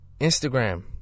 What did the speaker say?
Instagram